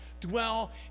dwell